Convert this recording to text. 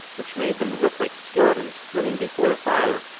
which made them look like skeletons flitting before the fire,